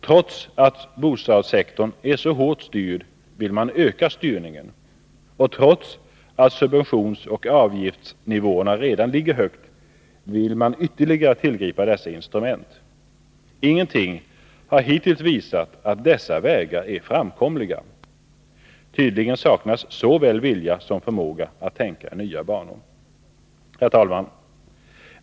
Trots att bostadssektorn är så hårt styrd vill man öka styrningen, och trots att subventionsoch avgiftsnivåerna redan ligger högt vill man ytterligare tillgripa dessa instrument. Ingenting har hittills visat att dessa vägar är framkomliga. Tydligen saknas såväl vilja som förmåga att tänka i nya banor. Herr talman!